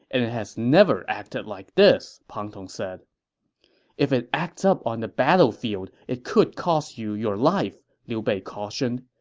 and it has never acted like this, pang tong said if it acts up on the battlefield, it could cost you your life, liu bei cautioned.